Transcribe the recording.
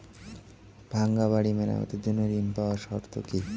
ভাঙ্গা বাড়ি মেরামতের জন্য ঋণ পাওয়ার শর্ত কি?